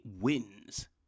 wins